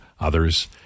others